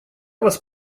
вас